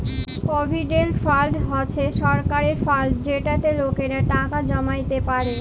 provident fund হছে সরকারের fund যেটতে লকেরা টাকা জমাইতে পারে